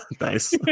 Nice